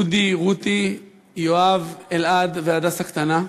אודי, רותי, יואב, אלעד והדס הקטנה.